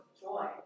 joy